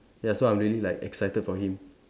ya so I'm really like excited for him